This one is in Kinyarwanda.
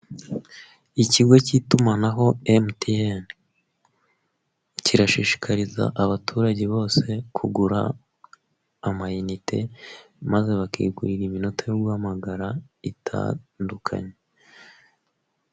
Ikigo cy'itumanaho MTN kirashishikariza abaturage bose kugura amayinite maze bakigurira iminota yo guhamagara itandukanye.